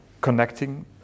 connecting